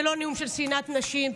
זה לא נאום של שנאת נשים,